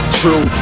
true